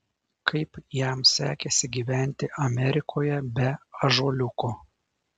kaip jam sekėsi gyventi amerikoje be ąžuoliuko